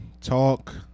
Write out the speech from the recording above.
Talk